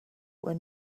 were